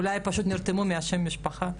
אולי נרתעו משם המשפחה,